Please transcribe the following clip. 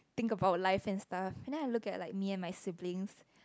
think about life and stuff can I have a look at like me and my sibling